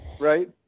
Right